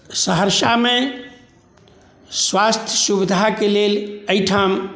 सहरसामे स्वास्थ्य सुविधाके लेल एहिठाम